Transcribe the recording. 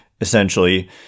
essentially